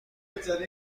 درسته